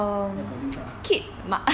make and produce lah